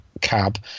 cab